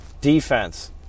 Defense